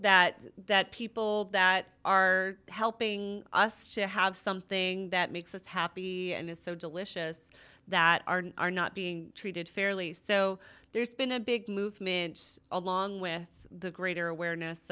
that that people that are helping us to have something that makes us happy and is so delicious that are not being treated fairly so there's been a big movement along with the greater awareness